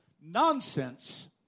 nonsense